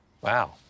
Wow